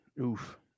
Oof